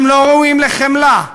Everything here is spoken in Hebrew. הם לא ראויים לחמלה?